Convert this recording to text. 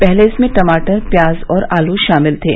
पहले इसमें टमाटर प्याज और आलू शामिल थे